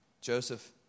Joseph